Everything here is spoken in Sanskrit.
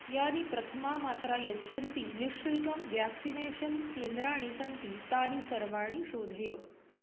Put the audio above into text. यानि प्रथमा मात्रा यच्छन्ति निःशुल्कं व्याक्सिनेषन् केन्द्राणि सन्ति तानि सर्वाणि शोधय